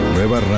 Nueva